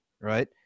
right